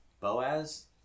Boaz